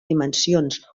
dimensions